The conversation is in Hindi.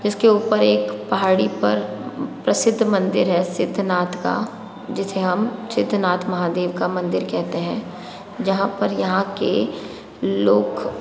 जिसके ऊपर एक पहाड़ी पर प्रसिद्ध मंदिर है सिद्धनाथ का जिसे हम सिद्धनाथ महादेव का मंदिर कहते हैं जहाँ पर यहाँ के लोग